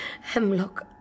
Hemlock